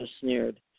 sneered